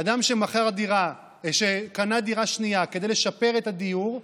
אדם שקנה דירה שנייה כדי לשפר את הדיור,